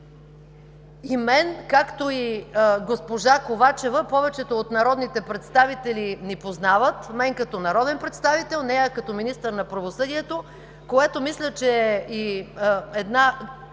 Мен, както и госпожа Ковачева, повечето от народните представители ни познават – мен като народен представител, нея като министър на правосъдието, което мисля, че е гаранция